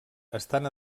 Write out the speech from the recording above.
estan